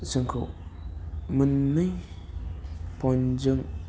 जोंखौ मोननै पयेन्टजों